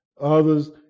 Others